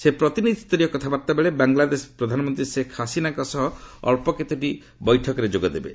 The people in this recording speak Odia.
ସେ ପ୍ରତିନିଧିସ୍ତରୀୟ କଥାବାର୍ତ୍ତା ବେଳେ ବାଂଲାଦେଶ ପ୍ରଧାନମନ୍ତ୍ରୀ ସେଖ୍ ହାସିନାଙ୍କ ସହ ଅଳ୍ପକେତୋଟି ବୈଠକରେ ଯୋଗଦେବେ